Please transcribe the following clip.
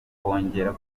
wongera